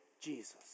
Jesus